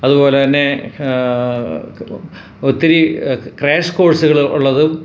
അതുപോലെ തന്നെ ഒത്തിരി ക്രാഷ് കോഴ്സുകള് ഉള്ളത്